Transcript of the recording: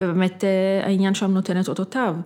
ובאמת העניין שם נותן את אותותיו.